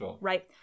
Right